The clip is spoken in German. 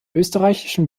österreichischen